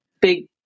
big